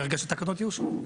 ברגע שהתקנות יאושרו.